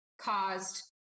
caused